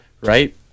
right